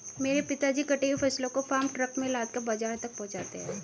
मेरे पिताजी कटी हुई फसलों को फार्म ट्रक में लादकर बाजार तक पहुंचाते हैं